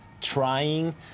trying